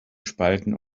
spalten